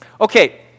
Okay